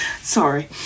sorry